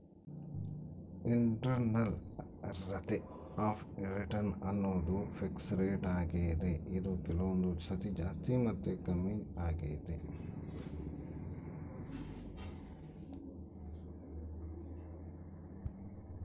internal rate of return ಅನ್ನೋದು fixed rate ಆಗ್ದೆ ಇದು ಕೆಲವೊಂದು ಸತಿ ಜಾಸ್ತಿ ಮತ್ತೆ ಕಮ್ಮಿಆಗ್ತೈತೆ